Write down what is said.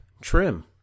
Trim